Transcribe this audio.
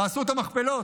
תעשו את המכפלות,